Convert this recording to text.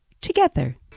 together